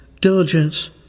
diligence